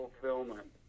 fulfillment